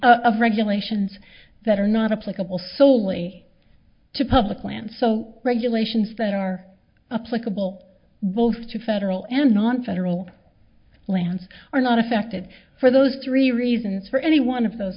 of regulations that are not a political soley to public land so regulations that are applicable both to federal and nonfederal lands are not affected for those three reasons for any one of those